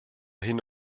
hin